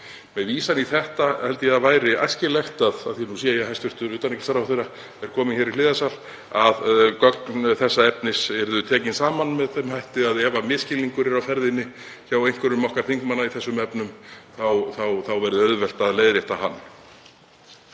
Með vísan í þetta held ég að væri æskilegt, því að nú sé ég að hæstv. utanríkisráðherra er kominn í hliðarsal, að gögn þessa efnis yrðu tekin saman með þeim hætti að ef misskilningur er á ferðinni hjá einhverjum okkar þingmanna í þessum efnum væri auðvelt að leiðrétta hann.